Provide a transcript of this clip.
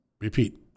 repeat